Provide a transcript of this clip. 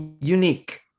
unique